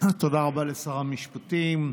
תודה רבה לשר המשפטים.